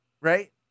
right